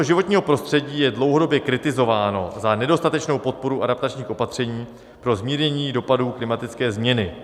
Ministerstvo životního prostředí je dlouhodobě kritizováno za nedostatečnou podporu adaptačních opatření pro zmírnění dopadů klimatické změny.